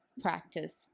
practice